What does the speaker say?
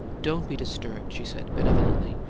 don't be disturbed, she said, benevolently.